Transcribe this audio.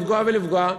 לפגוע ולפגוע.